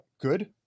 Good